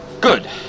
Good